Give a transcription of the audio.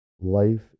Life